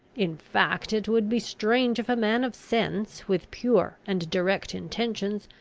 in fact, it would be strange if a man of sense, with pure and direct intentions,